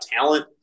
talent